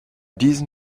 diesen